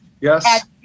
Yes